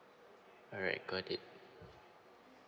alright got it